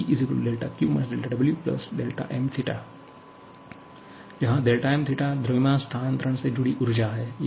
dE δQ - δW δmθ जहाँ δmθ द्रव्यमान स्थानांतरण से जुड़ी ऊर्जा है